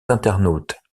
internautes